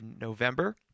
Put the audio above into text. November